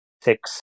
six